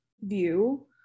view